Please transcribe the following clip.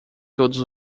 todos